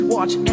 Watch